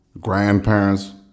grandparents